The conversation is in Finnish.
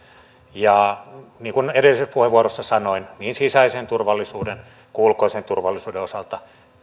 niin kuin edellisessä puheenvuorossani sanoin niin sisäisen turvallisuuden kuin ulkoisen turvallisuuden osalta